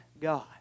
God